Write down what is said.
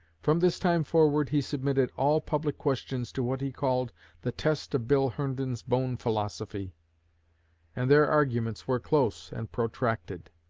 from this time forward he submitted all public questions to what he called the test of bill herndon's bone philosophy and their arguments were close and protracted.